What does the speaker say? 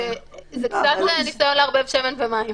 שזה קצת ניסיון לערבב שמן ומים.